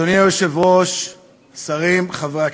אדוני היושב-ראש, שרים, חברי הכנסת,